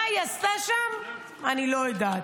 מה היא עשתה שם, אני לא יודעת.